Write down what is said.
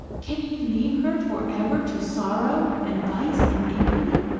can he leave her for ever to sorrow, and vice, and infamy?